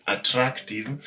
Attractive